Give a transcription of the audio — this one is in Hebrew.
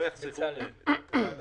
אתה לא חילוני.